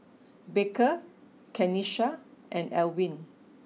Baker Kenisha and Alwine